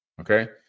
Okay